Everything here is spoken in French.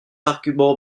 argument